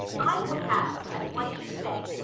i would have, as one should say,